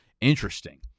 Interesting